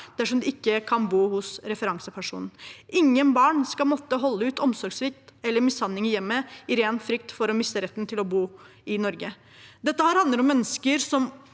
dersom de ikke kan bo hos referansepersonen. Ingen barn skal måtte holde ut omsorgssvikt eller mishandling i hjemmet i ren frykt for å miste retten til å bo i Norge. Dette handler om mennesker som